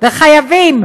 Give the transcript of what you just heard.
וחייבים